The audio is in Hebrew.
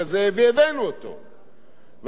אני מבין, חבר הכנסת ברכה,